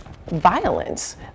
violence